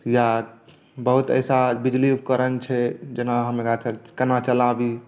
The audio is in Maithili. या बहुत ऐसा बिजली उपकरण छै जेना हमरा केना चलाबी